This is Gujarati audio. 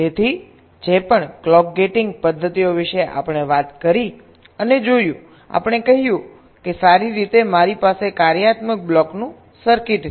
તેથી જે પણ ક્લોક ગેટિંગ પદ્ધતિઓ વિશે આપણે વાત કરી અને જોયું આપણે કહ્યું કે સારી રીતે મારી પાસે કાર્યાત્મક બ્લોકનું સર્કિટ છે